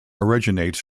originates